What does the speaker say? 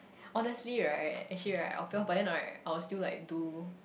honestly right actually right I'll fail but then right I'll still like do